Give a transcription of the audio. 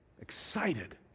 Excited